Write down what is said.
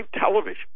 television